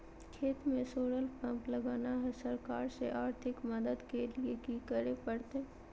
खेत में solar pump लगाना है, सरकार से आर्थिक मदद के लिए की करे परतय?